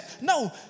No